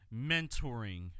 mentoring